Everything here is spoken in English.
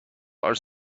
are